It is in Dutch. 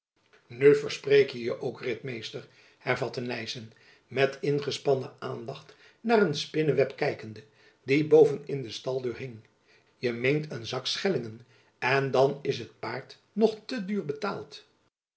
nu verspreek je je ook ritmeester hervatte nyssen met ingespannen aandacht naar een spinneweb kijkende die boven in de staldeur hing je meent jacob van lennep elizabeth musch een zak schellingen en dan is het paard nog te duur betaald